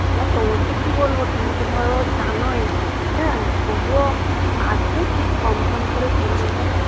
এবার তোমাকে কি বলবো তুমি তো ধরো জানোই হ্যাঁ তবুও আসবে ঠিক কম সম করে করে দেবো